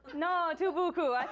no, too beaucoup.